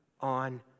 on